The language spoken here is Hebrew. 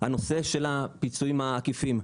הנושא של הפיצויים העקיפים.